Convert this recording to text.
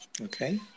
Okay